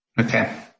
Okay